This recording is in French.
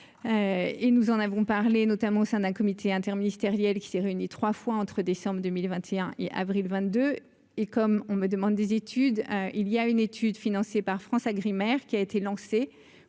et nous en avons parlé notamment au sein d'un comité interministériel qui s'est réuni 3 fois entre décembre 2021 et avril 22 et comme on me demande des études, il y a une étude financée par FranceAgriMer, qui a été lancée